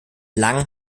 lang